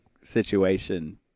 situation